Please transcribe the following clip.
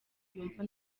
yumva